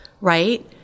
right